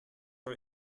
are